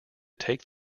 take